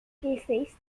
cases